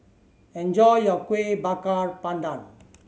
enjoy your Kuih Bakar Pandan